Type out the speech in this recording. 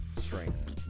Strength